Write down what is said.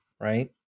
right